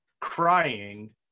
crying